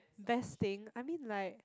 best thing I mean like